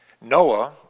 Noah